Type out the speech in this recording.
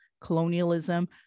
colonialism